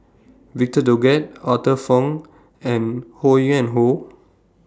Victor Doggett Arthur Fong and Ho Yuen Hoe